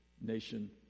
nation